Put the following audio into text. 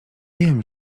wiem